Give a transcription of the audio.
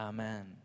Amen